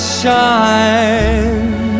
shine